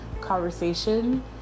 conversation